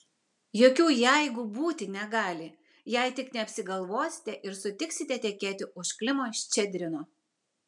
jokių jeigu būti negali jei tik neapsigalvosite ir sutiksite tekėti už klimo ščedrino